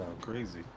crazy